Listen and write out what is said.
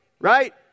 Right